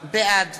בעד